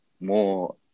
more